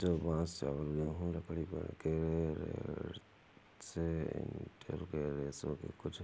जौ, बांस, चावल, गेहूं, लकड़ी, पेड़ के रेशे डंठल के रेशों के कुछ